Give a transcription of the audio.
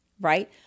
right